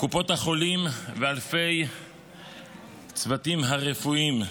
קופות החולים ואלפי הצוותים הרפואיים,